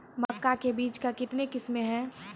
मक्का के बीज का कितने किसमें हैं?